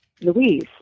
Louise